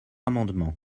amendement